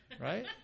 right